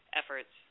efforts